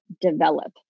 develop